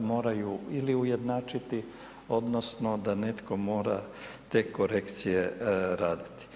moraju ili ujednačiti odnosno da netko mora te korekcije raditi.